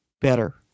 better